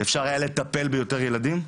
אפשר היה לטפל ביותר ילדים?